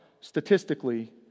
statistically